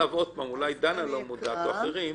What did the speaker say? אולי דנה לא מודעת ואחרים.